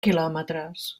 quilòmetres